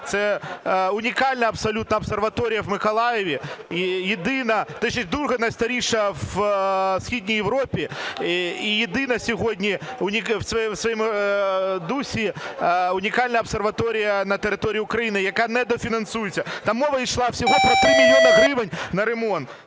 Це унікальна абсолютно обсерваторія в Миколаєві і єдина, точніше, друга найстаріша в Східній Європі і єдина сьогодні в своєму дусі, унікальна обсерваторія на території України, яка недофінансовується. Там мова йшла всього про 3 мільйони гривень на ремонт.